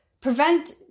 prevent